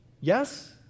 yes